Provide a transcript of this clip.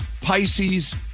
Pisces